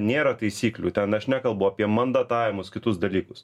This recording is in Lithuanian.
nėra taisyklių ten aš nekalbu apie mandatavimus kitus dalykus